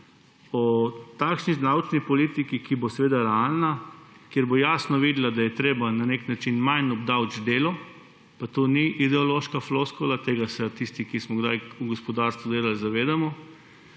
o takšni davčni politiki, ki bo seveda realna, ki bo jasno videla, da je treba na neki način manj obdavčiti delo – pa to ni ideološka floskula, tega se tisti, ki smo kdaj v gospodarstvu delali, zavedamo